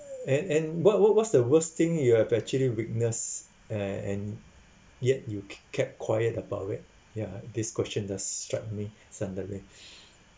and and what what what's the worst thing you have actually witness uh and yet you k~ kept quiet about it ya this question does struck me suddenly